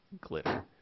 glitter